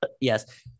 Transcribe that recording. Yes